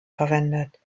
verwendet